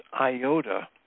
iota